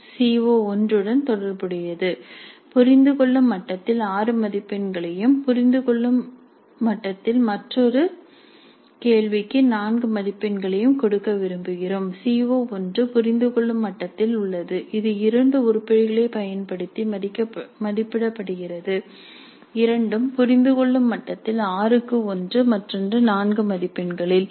C ஓ1 உடன் தொடர்புடையது புரிந்துகொள்ளும் மட்டத்தில் 6 மதிப்பெண்களையும் புரிந்துகொள்ளும் மட்டத்தில் மற்றொரு கேள்விக்கு 4 மதிப்பெண்களையும் கொடுக்க விரும்புகிறோம் சி ஓ1 புரிந்துகொள்ளும் மட்டத்தில் உள்ளது இது இரண்டு உருப்படிகளைப் பயன்படுத்தி மதிப்பிடப்படுகிறது இரண்டும் புரிந்துகொள்ளும் மட்டத்தில் 6 க்கு ஒன்று மற்றொன்று 4 மதிப்பெண்களில்